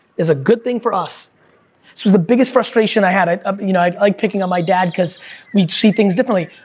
is a good thing for us. this was the biggest frustration i had, um you know i like picking on my dad cause we see things differently,